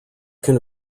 can